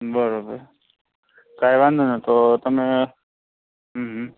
બરાબાર કંઈ વાંધો નહીં તો તમે હા હા